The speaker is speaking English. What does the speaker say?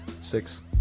Six